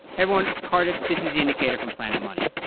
everyone. it's cardiff. this is the indicator from planet money.